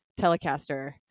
Telecaster